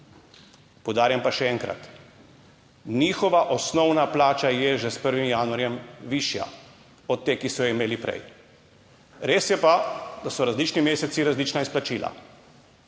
Poudarjam pa še enkrat, njihova osnovna plača je že s 1. januarjem višja od te, ki so jo imeli prej. Res je pa, da so različni meseci, različna izplačila.